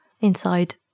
inside